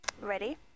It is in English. ready